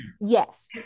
Yes